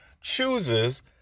chooses